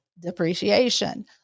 depreciation